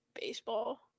Baseball